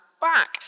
back